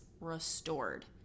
restored